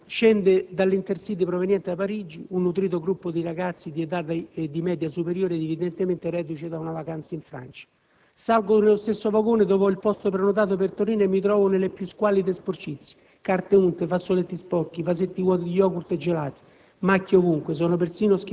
«A Oulx scende dall'Intercity proveniente da Parigi un nutrito gruppo di ragazzi di età di media superiore evidentemente reduce da una vacanza in Francia. Salgo nello stesso vagone dove ho il posto prenotato per Torino e mi trovo nelle più squallide sporcizie: carte unte, fazzoletti sporchi, vasetti vuoti di yogurt e gelati,